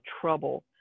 trouble